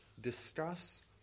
discuss